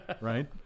Right